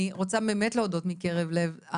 אני רוצה באמת להודות מקרב לב,